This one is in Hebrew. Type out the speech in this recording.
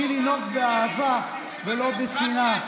בשביל לנהוג באהבה ולא בשנאה.